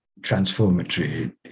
transformatory